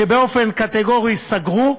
שבאופן קטגורי סגרו,